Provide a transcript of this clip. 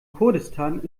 kurdistan